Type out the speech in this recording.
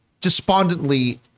despondently